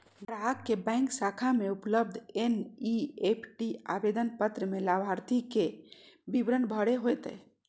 ग्राहक के बैंक शाखा में उपलब्ध एन.ई.एफ.टी आवेदन पत्र में लाभार्थी के विवरण भरे होतय